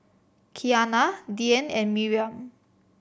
Kianna Dyan and Miriam